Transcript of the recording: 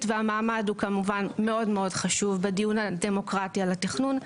והמעמד הוא כמובן מאוד מאוד חשוב בדיון הדמוקרטי על התכנון.